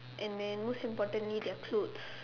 and then most importantly their clothes